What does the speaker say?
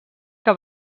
que